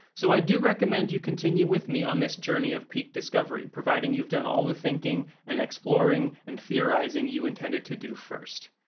so i do recommend you continue with me on this journey of peak discovery, providing you've done all the thinking and exploration and theorizing you intend to do first.